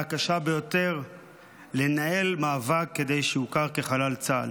הקשה ביותר כדי שהוא יוכר כחלל צה"ל.